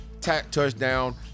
touchdown